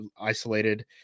isolated